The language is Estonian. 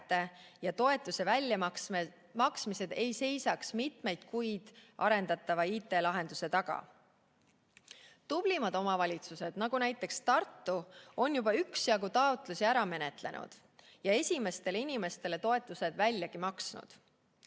toetuse väljamaksmised ei seisaks mitmeid kuid arendatava IT-lahenduse taga. Tublimad omavalitsused, näiteks Tartu, on juba üksjagu taotlusi ära menetlenud ja esimestele inimestele toetused väljagi maksnud.